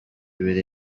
ibiri